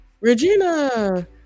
Regina